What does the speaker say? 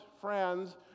friends